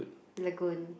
Lagoon